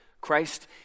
Christ